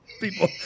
people